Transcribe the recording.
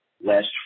last